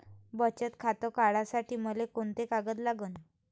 बचत खातं काढासाठी मले कोंते कागद लागन?